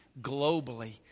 globally